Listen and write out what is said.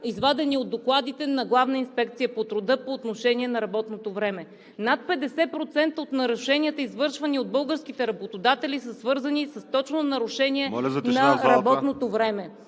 извадени от докладите на Главна инспекция по труда по отношение на работното време. Над 50% от нарушенията, извършвани от българските работодатели, са свързани точно с нарушение на работното време,…